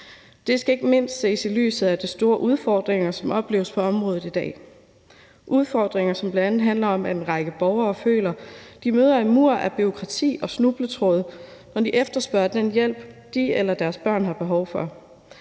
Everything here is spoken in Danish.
Det skal ikke mindst ses i lyset af de store udfordringer, som opleves på området i dag, udfordringer, som bl.a. handler om, at en række borgere føler, at de møder en mur af bureaukrati og snubletråde, når de efterspørger den hjælp, de eller deres børn har behov for,